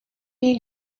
mean